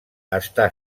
està